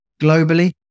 globally